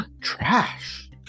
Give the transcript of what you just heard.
Trash